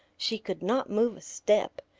she could not move a step.